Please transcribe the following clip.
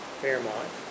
Fairmont